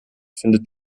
findet